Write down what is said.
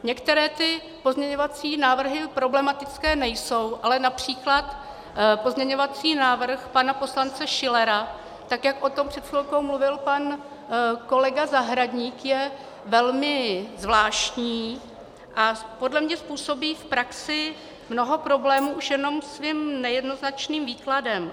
Některé ty pozměňovací návrhy problematické nejsou, ale například pozměňovací návrh pana poslance Schillera, tak jak o tom před chvilkou mluvil pan kolega Zahradník, je velmi zvláštní a podle mě způsobí v praxi mnoho problémů už jenom svým nejednoznačným výkladem.